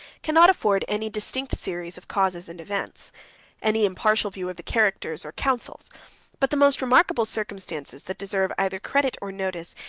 cannot afford any distinct series of causes and events any impartial view of the characters, or counsels but the most remarkable circumstances that deserve either credit or notice,